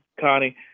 Connie